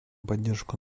поддержку